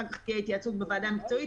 אחר כך תהיה התייעצות בוועדה המקצועית,